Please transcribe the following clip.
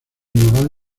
naval